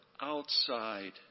outside